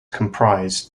comprised